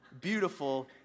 beautiful